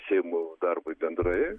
seimo darbui bendrai